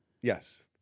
Yes